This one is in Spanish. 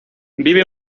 vive